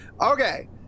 Okay